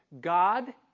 God